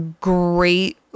great